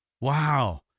Wow